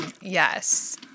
Yes